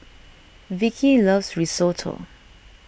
Vickey loves Risotto